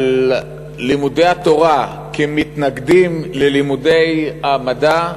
לימודי התורה כמתנגדים ללימודי המדע,